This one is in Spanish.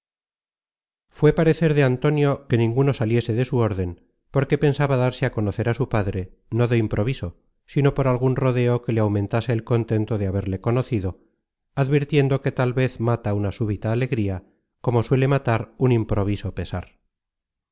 fué parecer de antonio que ninguno saliese de su órden porque pensaba darse á conocer a su padre no de improviso sino por algun rodeo que le aumentase el contento de haberle conocido advirtiendo que tal vez mata una súbita alegría como suele matar un improviso pesar